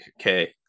okay